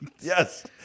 yes